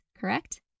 correct